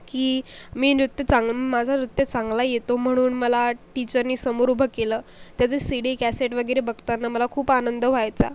की मी नृत्य चांग माझं नृत्य चांगला येतो म्हणून मला टीचरनी समोर उभं केलं त्याचं सी डी कॅसेट वगैरे बघताना मला खूप आनंद व्हायचा